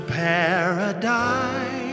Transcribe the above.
paradise